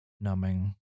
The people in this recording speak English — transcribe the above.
numbing